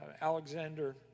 Alexander